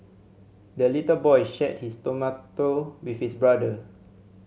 the little boy shared his tomato with his brother